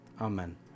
amen